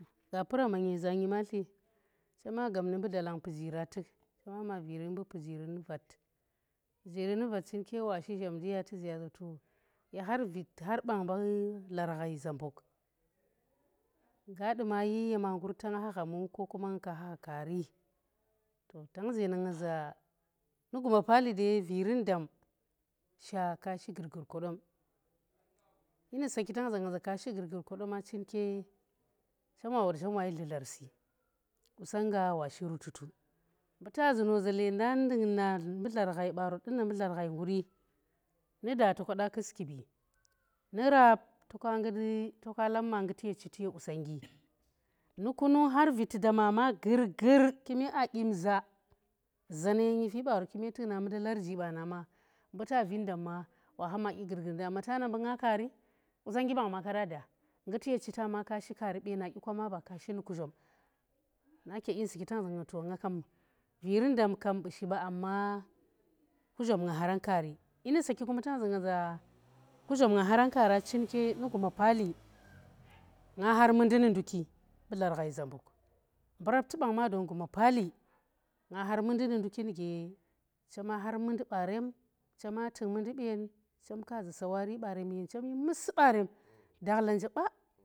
Gappuramma nyeza nyimatli chema gab nu mbu dalang pijira tuk, chema ma vivin mbu pijiri nu vat, pijiri nu vat, chinke wa shi zhamdi ya tu zu ya za to ye khar vit har bang mbu dlar ghai zambuk, nga duma yi yema ngur ta nga duma yi yema ngur ta nga kha gha mu yang nga kha gha kaari tang zeenda nga za nu guma paapli ye khar vit har bang mbu dlar ghai zambuk, nga duma yi yema ngur ta nga kha gha mu yang nga kha gha kaari tang zeenda nga za nu guma paapli shya viirin dam sha ka shi gurgur kodom, dyi nu saako tang zu nga za kaa shi gurgur kodoma chinke, chem wa woda chem wa shi dludlarsi, qusong nggwa shi rututu, mbu ta zu no za lenda ndukna mbu tlar ghai ɓaro ɗuna lenda ndukna mbu dlar ghai nguri nu da toka da kus kibi, nu rap toka ngut, lap ma ngut ye chiti ye qusongnggi nu kunung har viiti dama ma gurgur aa dyi zaa, zaa, na yi nyifibaaro kume tuk na mundi larji ba na ma, mbu ta vii dam ma, wa ha ma dyi gurgur ndi ta na mbu nga kaari qusongnggi bang ma ko da da, nguti ye chita ma kaa shi kaari. beena dyi kwa ma ka shi kuzhom naa ke dyi nu saaki tang zunga za nga kem virin da kam bushi kuzhom nga haran kaari dyi nu saa ki tang zu nga za kuzhom nga haran kaara chin ke nu gumo paali, nga har mundi nu nduki mbu dlar ghai zambuk mbu rapti bang ma dong guma paali nga har mundi nu nduri nuge chema har mundi barem chema tuk mundi bu yen chem ka zu samari barem ye yen chem shi musi baren dakhla nje ba.